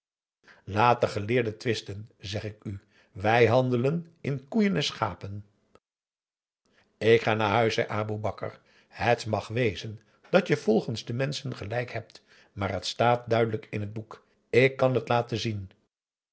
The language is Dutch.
laat de geleerden twisten zeg ik u wij handelen in koeien en schapen ik ga naar huis zei aboe bakar het mag wezen dat je volgens de menschen gelijk hebt maar het staat duidelijk in het boek ik kan het laten zien